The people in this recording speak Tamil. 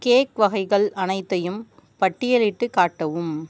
கேக் வகைகள் அனைத்தையும் பட்டியலிட்டுக் காட்டவும்